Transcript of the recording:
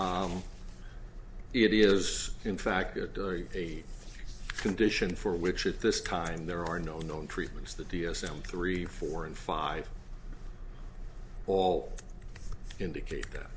s it is in fact a condition for which at this time there are no known treatments the d s m three four and five all indicate that